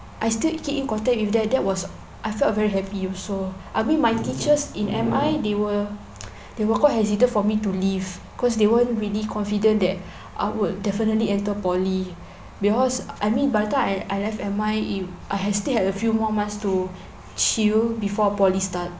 I still keep in contact with them that was I felt very happy also I mean my teachers in M_I they were they were quite hesitant for me to leave because they weren't really confident that I would definitely enter poly because I mean by the time I I left M_I if I still had a few more months to chill before poly start